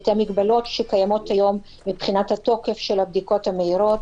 את המגבלות שקיימות היום מבחינת התוקף של הבדיקות המהירות,